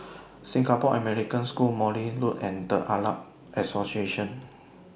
Singapore American School Morley Road and The Arab Association